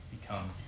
become